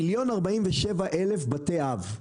מיליון וארבעים ושבע בתי אב.